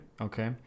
okay